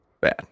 Bad